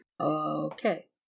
Okay